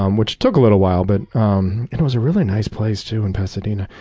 um which took a little while. but um and it was a really nice place, too, in pasadena.